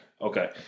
Okay